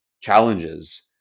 challenges